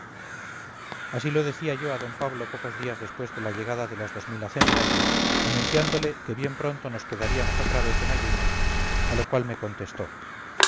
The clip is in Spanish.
así lo decía yo a d pablo pocos días después de la llegada de las dos mil acémilas anunciándole que bien pronto nos quedaríamos otra vez en ayunas a lo cual me contestó